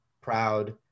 proud